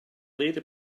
leader